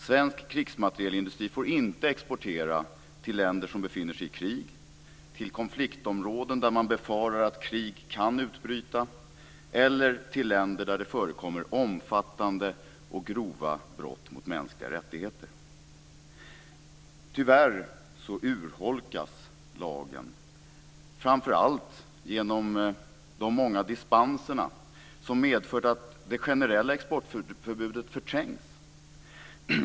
Svensk krigsmaterielindustri får inte exportera till länder som befinner sig i krig, till konfliktområden där man befarar att krig kan utbryta eller till länder där det förekommer omfattande och grova brott mot mänskliga rättigheter. Tyvärr urholkas lagen, framför allt genom de många dispenserna som medfört att det generella exportförbudet förträngs.